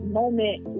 moment